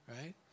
right